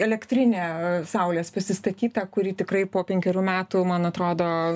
elektrinė saulės pasistatyta kuri tikrai po penkerių metų man atrodo